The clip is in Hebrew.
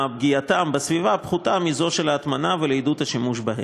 פגיעתם בסביבה פחותה מזו של ההטמנה ולעידוד השימוש בהם.